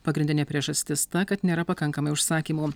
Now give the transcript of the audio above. pagrindinė priežastis ta kad nėra pakankamai užsakymų